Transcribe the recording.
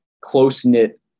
close-knit